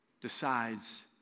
decides